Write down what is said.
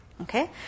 okay